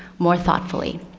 more thoughtfully.